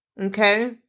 Okay